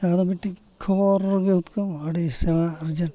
ᱟᱫᱚ ᱢᱤᱫᱴᱮᱡ ᱠᱷᱚᱵᱚᱨ ᱜᱮ ᱩᱛᱠᱟᱹᱣ ᱟᱹᱰᱤ ᱥᱮᱬᱟ